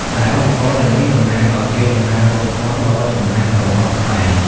ដែលឧបករណ៍ទាំងនេះតំណាងឱ្យកេរដំណែលវប្បធម៌ដ៏ចំណាស់របស់ខ្មែរ។